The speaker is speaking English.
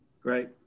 Great